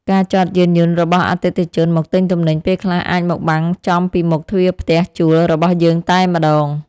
ការចតយានយន្តរបស់អតិថិជនមកទិញទំនិញពេលខ្លះអាចមកបាំងចំពីមុខទ្វារផ្ទះជួលរបស់យើងតែម្តង។